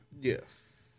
Yes